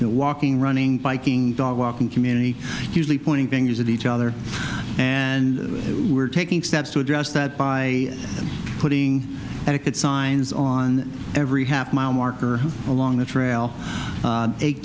walking running biking dog walking community usually pointing fingers at each other and we're taking steps to address that by putting etiquette signs on every half mile marker along the trail eight